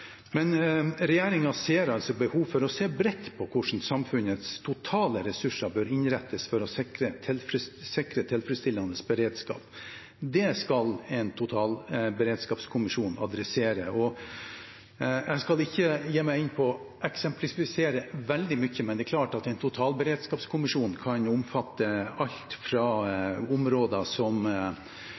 ser altså behov for å se bredt på hvordan samfunnets totale ressurser bør innrettes for å sikre tilfredsstillende beredskap, og det skal en totalberedskapskommisjon adressere. Jeg skal ikke gi meg inn på å eksemplifisere veldig mye, men det er klart at en totalberedskapskommisjon kan omfatte områder som